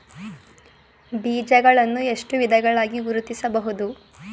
ಬೀಜಗಳನ್ನು ಎಷ್ಟು ವಿಧಗಳಾಗಿ ಗುರುತಿಸಬಹುದು?